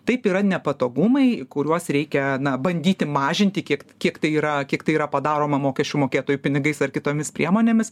taip yra nepatogumai kuriuos reikia bandyti mažinti kiek kiek tai yra kiek tai yra padaroma mokesčių mokėtojų pinigais ar kitomis priemonėmis